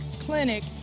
clinic